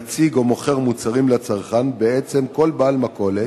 מציג או מוכר מוצרים לצרכן, בעצם, כל בעל מכולת,